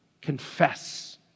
Confess